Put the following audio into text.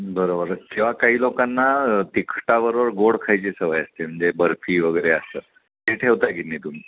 बरं बरं किंवा काही लोकांना तिखटाबरोबर गोड खायची सवय असते म्हणजे बर्फी वगैरे असं ते ठेवता की नाही तुम्ही